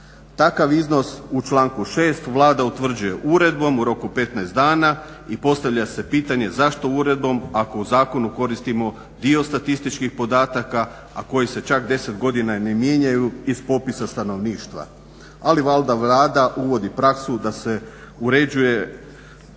Takav iznos u članku 6. Vlada utvrđuje uredbom u roku 15 dana i postavlja se pitanje zašto uredbom ako u zakonu koristimo dio statističkih podataka, a koji se čak 10 godina ne mijenjaju iz popisa stanovništva. Ali valjda Vlada uvodi praksu da se uređuje sve uredbama